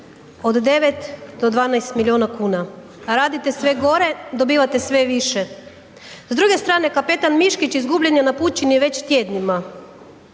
od 9 do 12 milijuna kuna, radite sve gore, dobivate sve više. S druge strane, kapetan Miškić izgubljen je na pučini već tjednima,